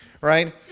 Right